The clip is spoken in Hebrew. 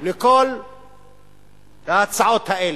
לכל ההצעות האלה.